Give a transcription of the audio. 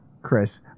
Chris